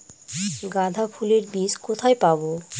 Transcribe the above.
গাঁদা ফুলের বীজ কোথায় পাবো?